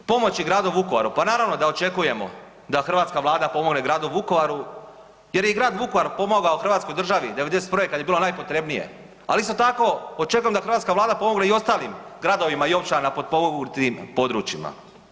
A što se tiče pomoći Gradu Vukovaru, pa naravno da očekujemo da hrvatska Vlada pomogne Gradu Vukovaru jer je i Grad Vukovar pomogao Hrvatskoj državi '91. kada je bilo najpotrebnije, ali isto tako očekujem da hrvatska Vlada pomogne i ostalim gradovima i općinama na potpomognutim područjima.